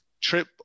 trip